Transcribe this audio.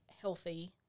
healthy